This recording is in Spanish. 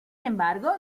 embargo